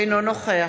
אינו נוכח